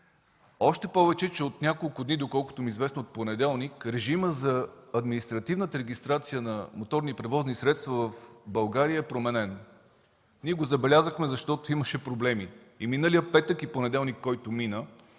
Още повече, че от няколко дни, доколкото ми е известно, от понеделник, режимът за административната регистрация на моторни превозни средства в България е променен. Ние го забелязахме, защото имаше проблеми. Миналият петък и понеделник, който мина,